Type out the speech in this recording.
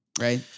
Right